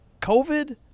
COVID